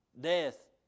death